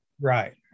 Right